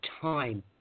time